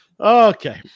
Okay